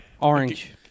orange